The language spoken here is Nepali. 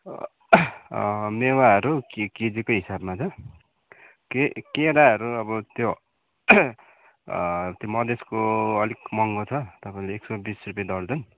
मेवाहरू केजीको हिसाबमा छ केराहरू अब त्यो मधेसको अलिक महँगो छ तपाईँलाई एक सौ बिस रुपियाँ दर्जन